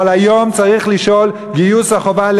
אבל היום צריך לשאול: גיוס החובה,